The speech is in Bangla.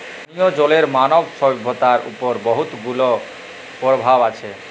পানীয় জলের মালব সইভ্যতার উপর বহুত গুলা পরভাব আছে